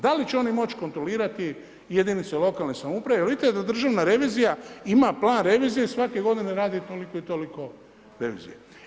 Da li će oni moći kontrolirati jedinice lokalne samouprave jer vidite da Državna revizija ima plan revizije svake godine radi toliko i toliko revizije.